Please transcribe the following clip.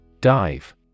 Dive